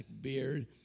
beard